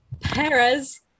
Perez